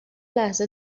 لحظه